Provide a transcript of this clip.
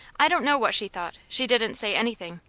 i don't know what she thought, she didn't say anything.